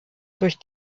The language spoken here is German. durch